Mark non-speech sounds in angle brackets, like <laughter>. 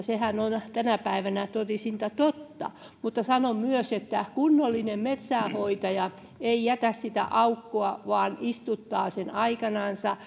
<unintelligible> sehän on tänä päivänä totisinta totta mutta sanon myös että kunnollinen metsänhoitaja ei jätä sitä aukkoa vaan istuttaa sen aikanansa <unintelligible>